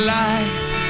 life